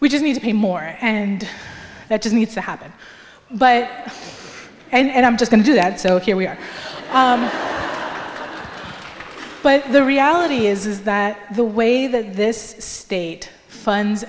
we just need to pay more and that just needs to happen but and i'm just going do that so here we are but the reality is that the way that this state fund